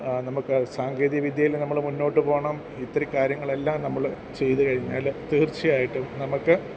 നമുക്ക് സാങ്കേതികവിദ്യയിൽ നമ്മൾ മുന്നോട്ട് പോവണം ഇത്തിരി കാര്യങ്ങളെല്ലാം നമ്മൾ ചെയ്തുകഴിഞ്ഞാൽ തീർച്ചയായിട്ടും നമുക്ക്